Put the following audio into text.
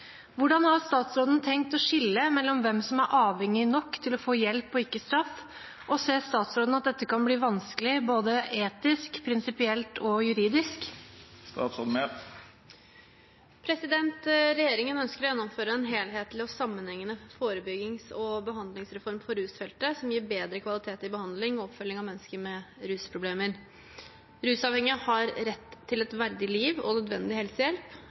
Hvordan har statsråden tenkt å skille mellom hvem som er avhengige nok til å få hjelp og ikke straff, og ser statsråden at dette kan bli vanskelig både etisk, prinsipielt og juridisk?» Regjeringen ønsker å gjennomføre en helhetlig og sammenhengende forebyggings- og behandlingsreform for rusfeltet som gir bedre kvalitet i behandlingen og oppfølging av mennesker med rusproblemer. Rusavhengige har rett til et verdig liv og nødvendig helsehjelp,